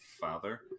father